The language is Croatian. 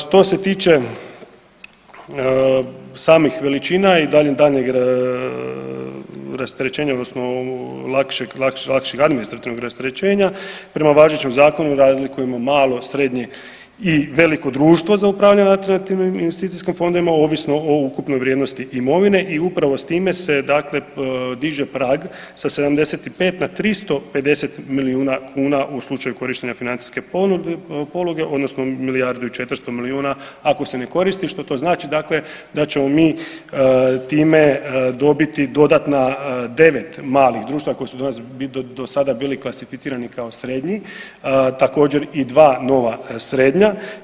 Što se tiče samih veličina i daljnjeg rasterećenja odnosno lakšeg administrativnog rasterećenja, prema važećem zakonu razlikujemo malo, srednje i veliko društvo za upravljene alternativnim investicijskim fondovima ovisno o ukupnoj vrijednosti imovine i upravo s time se diže prag sa 75 na 350 milijuna kuna u slučaju korištenja financijske poluge odnosno milijardu i 400 milijuna ako se ne koristi, što to znači da ćemo mi time dobiti devet malih društava koji su do sada bili klasificirani kao srednji, također i dva nova srednja.